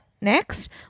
next